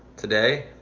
today,